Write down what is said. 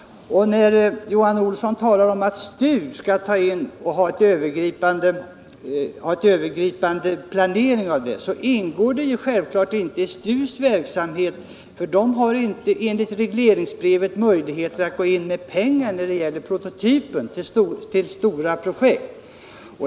Johan Olsson talar om att STU skall stå för den övergripande planeringen. Det ingår självfallet inte i STU:s verksamhet, eftersom STU enligt regleringsbrevet inte har möjlighet att gå in med pengar när det gäller prototyper till större projekt.